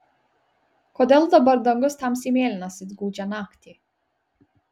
kodėl dabar dangus tamsiai mėlynas it gūdžią naktį